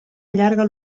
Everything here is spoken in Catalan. allarga